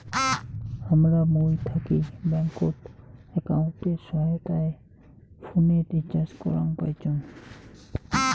হামরা মুই থাকি ব্যাঙ্কত একাউন্টের সহায়তায় ফোনের রিচার্জ করাং পাইচুঙ